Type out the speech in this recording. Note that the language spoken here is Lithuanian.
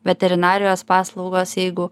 veterinarijos paslaugos jeigu